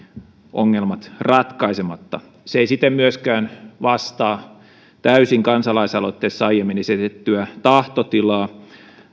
ongelmat edelleen ratkaisematta se ei siten myöskään vastaa täysin kansalaisaloitteessa aiemmin esitettyä tahtotilaa